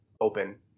open